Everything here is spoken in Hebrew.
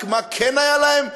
רק מה כן היה להם?